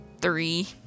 Three